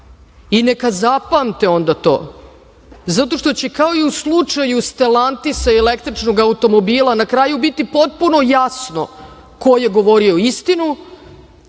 i neka zapamte onda to zato što će, kao i u slučaju „Stelantisa“ i električnog automobila, na kraju biti potpuno jasno ko je govorio istinu,